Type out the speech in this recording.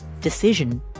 decision